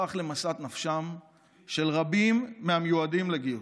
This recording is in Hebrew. הפך למשאת נפשם של רבים מהמיועדים לגיוס.